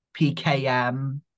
pkm